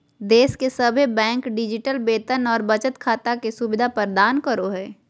देश के सभे बैंक डिजिटल वेतन और बचत खाता के सुविधा प्रदान करो हय